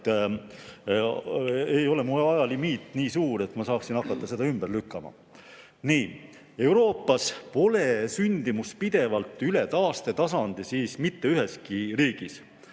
ei ole mu ajalimiit nii suur, et ma saaksin hakata seda ümber lükkama. Nii. Euroopas pole sündimus pidevalt üle taastetasandi mitte üheski riigis.